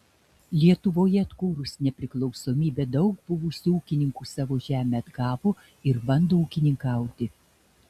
lietuvoje atkūrus nepriklausomybę daug buvusių ūkininkų savo žemę atgavo ir bando ūkininkauti